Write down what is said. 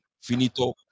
Finito